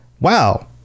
Wow